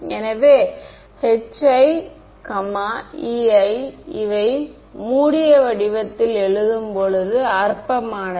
எனவே Hi Ei இவை மூடிய வடிவத்தில் எழுதும் போது அற்பமானவை